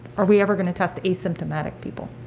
are we ever going to test asymptomatic people?